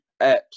apps